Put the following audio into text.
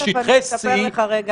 תכף אני אספר לך רגע.